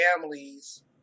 families